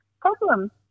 problem